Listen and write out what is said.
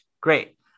Great